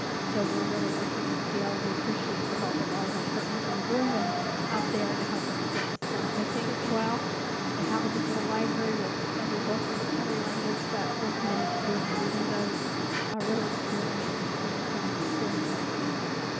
so, we're really working to scale and we appreciate the help of all of our partners in the room and out there to help us get this done. it may take us a while to have a digital library with every book and every language, but we're committed to doing it even those really obscure languages it may be some of us don't even know exist yet.